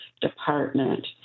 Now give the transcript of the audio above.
department